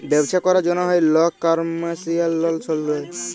ব্যবছা ক্যরার জ্যনহে লক কমার্শিয়াল লল সল লেয়